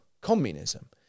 communism